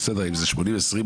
זכאויות של ילדים,